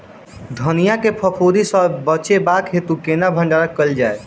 धनिया केँ फफूंदी सऽ बचेबाक हेतु केना भण्डारण कैल जाए?